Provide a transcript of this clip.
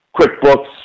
QuickBooks